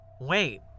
Wait